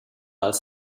als